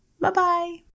Bye-bye